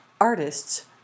artists